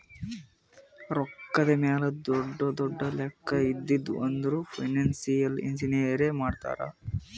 ರೊಕ್ಕಾದ್ ಮ್ಯಾಲ ದೊಡ್ಡು ದೊಡ್ಡು ಲೆಕ್ಕಾ ಇದ್ದಿವ್ ಅಂದುರ್ ಫೈನಾನ್ಸಿಯಲ್ ಇಂಜಿನಿಯರೇ ಮಾಡ್ತಾರ್